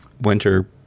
winter